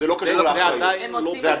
עושים על זה אכיפה.